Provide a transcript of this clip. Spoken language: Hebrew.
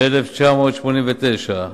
ב-1999,